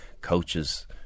coaches